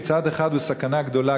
מצד אחד הוא סכנה גדולה,